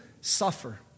suffer